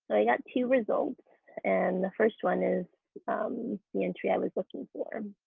i got two results and the first one is the entry i was looking for.